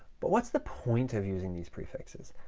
but what's the point of using these prefixes?